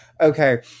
Okay